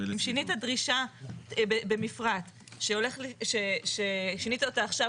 אם שינית דרישה במפרט ששינית אותה עכשיו